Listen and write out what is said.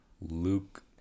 Luke